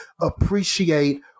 appreciate